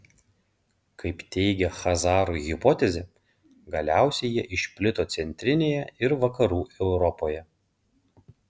kaip teigia chazarų hipotezė galiausiai jie išplito centrinėje ir vakarų europoje